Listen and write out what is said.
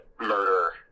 murder